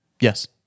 Yes